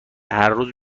هرروز